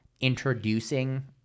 introducing